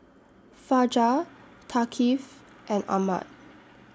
Fajar Thaqif and Ahmad